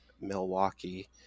milwaukee